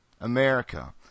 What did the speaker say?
America